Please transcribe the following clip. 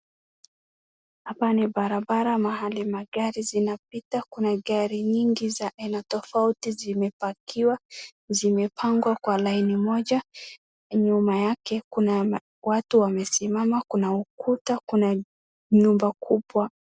Hapa ni barabara mahali magari zinapita. Kuna gari nyingi za aina tofauti zimepakiwa, zimepangwa kwa laini moja. Nyuma yake kuna watu wamesimama, kuna ukuta, kuna nyumba kubwa.